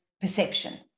perception